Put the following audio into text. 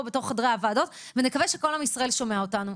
בתוך חדרי הוועדות ונקווה שכל עם ישראל שומע אותנו.